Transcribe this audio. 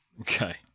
Okay